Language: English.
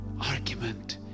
argument